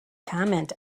comment